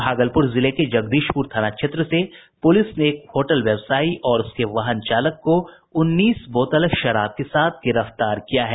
भागलपुर जिले के जगदीशपुर थाना क्षेत्र से पुलिस ने एक होटल व्यवसायी और उसके वाहन चालक को उन्नीस बोतल शराब के साथ गिरफ्तार किया है